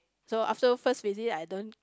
so after first visit I don't